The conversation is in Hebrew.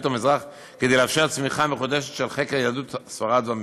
המזרח כדי לאפשר צמיחה מחודשת של חקר יהדות ספרד והמזרח.